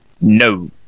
No